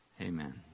Amen